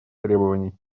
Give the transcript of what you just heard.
требований